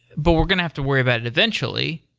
but we're going to have to worry about it eventually,